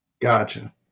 Gotcha